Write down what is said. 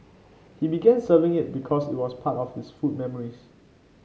he began serving it because it was part of his food memories